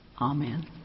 amen